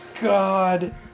god